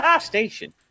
station